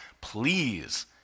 Please